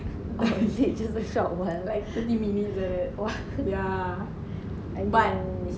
what !aiyo!